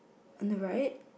on the right